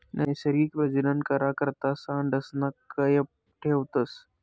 नैसर्गिक प्रजनन करा करता सांडसना कयप ठेवतस